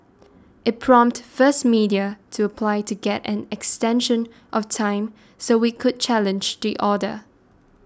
it prompted First Media to apply to get an extension of time so it could challenge the order